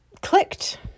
clicked